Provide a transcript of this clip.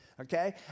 okay